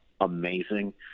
amazing